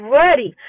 ready